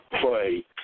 play